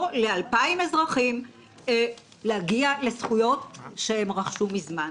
ל-2,000 אזרחים להגיע לזכויות שהם רכשו מזמן.